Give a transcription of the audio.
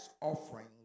offering